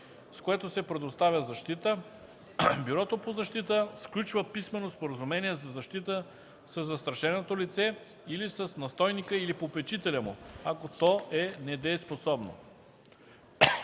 с което се предоставя защита, Бюрото по защита сключва писмено споразумение за защита със застрашеното лице или с настойника или попечителя му, ако то е недееспособно.”